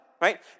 right